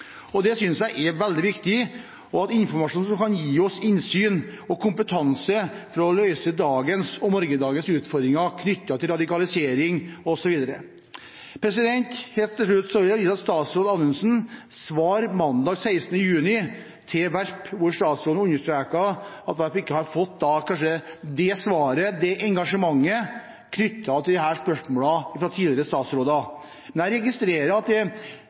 Det synes jeg er veldig viktig. Det gjelder informasjon som kan gi oss innsyn og kompetanse for å løse dagens og morgendagens utfordringer knyttet til radikalisering osv. Helt til slutt vil jeg vise til statsråd Anundsens svar til Werp mandag 16. juni, hvor statsråden understreket at Werp kanskje ikke har fått svar på sitt engasjement knyttet til disse spørsmålene fra tidligere statsråder. Jeg registrerer at på grunn av at engasjementet kanskje er veldig stort fra representanten Werp, er det